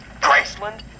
Graceland